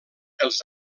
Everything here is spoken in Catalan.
els